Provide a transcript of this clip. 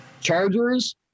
Chargers